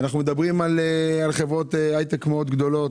אנחנו מדברים על חברות הייטק מאוד גדולות,